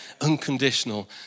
unconditional